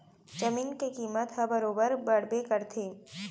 जमीन के कीमत ह बरोबर बड़बे करथे